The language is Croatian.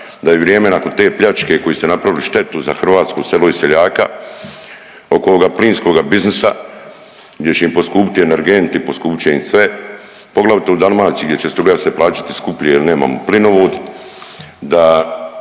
da je vrijeme nakon te pljačke koju ste napravili štetu za hrvatsko selo i seljaka oko ovoga plinskog biznisa gdje će im poskupiti energenti, poskupit će im sve, poglavito u Dalmaciji gdje će struja se plaćati skuplje jer nemamo plinovod, da